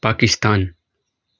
Pakistan